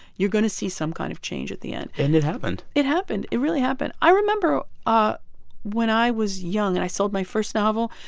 you're going to see some kind of change at the end and it happened it happened. it really happened. i remember ah when i was young and i sold my first novel,